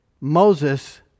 Moses